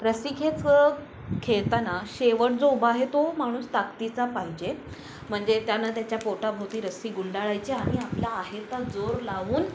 रस्सीखेच खेळताना शेवट जो उभा आहे तो माणूस ताकदीचा पाहिजे म्हणजे त्यानं त्याच्या पोटाभोवती रस्सी गुंडाळायची आणि आपला आहे तो जोर लावून